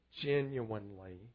genuinely